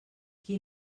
qui